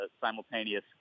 simultaneous